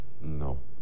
No